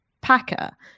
Packer